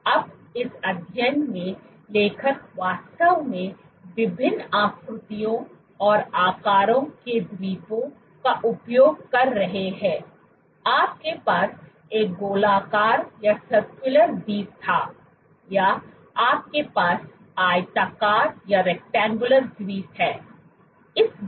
अब इस अध्ययन में लेखक वास्तव में विभिन्न आकृतियों और आकारों के द्वीपों का उपयोग कर रहे हैं आपके पास एक गोलाकार द्वीप था या आपके पास आयताकार द्वीप हैं